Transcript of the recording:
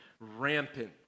rampant